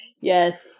Yes